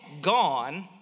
gone